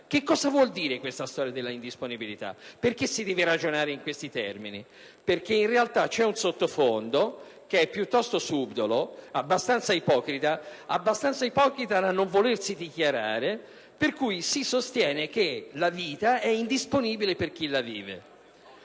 Cos'è questa storia della indisponibilità? Perché si deve ragionare in questi termini? In realtà, c'è un sottofondo, piuttosto subdolo, abbastanza ipocrita da non volersi dichiarare per cui si sostiene che la vita è indisponibile per chi la vive